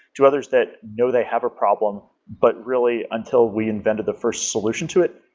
to others that know they have a problem, but really until we invented the first solution to it,